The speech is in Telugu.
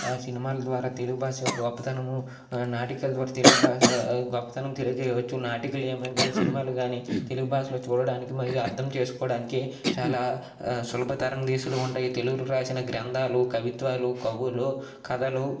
సినిమాల ద్వారా తెలుగు భాష యొక్క గొప్పతనము నాటికలు ద్వారా తెలుగు భాష గొప్పతనము తెలియచేయవచ్చు నాటికలు ఏమని కాని సినిమాలు కాని తెలుగు భాషలో చూడడానికి మరియు అర్థం చేసుకోవడానికి చాలా సులభతరం ఉంటాయి తెలుగులో రాసిన గ్రంధాలు కవిత్వాలు కవులు కథలు